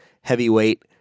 heavyweight